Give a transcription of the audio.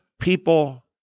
people